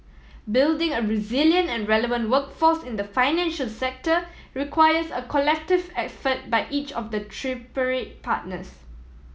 building a resilient and relevant workforce in the financial sector requires a collective effort by each of the tripartite partners